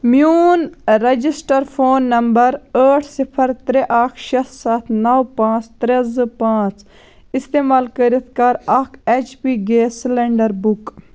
میون register phone number ٲٹھ صِفر ترٛےٚ اکھ شےٚ سَتھ نَو پانٛژھ ترٛےٚ زٕ پانٛژھ استعمال کٔرِتھ کَر اکھ H P gas cylinder book